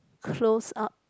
close up